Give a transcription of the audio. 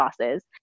sauces